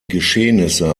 geschehnisse